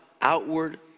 outward